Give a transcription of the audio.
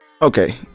Okay